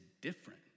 different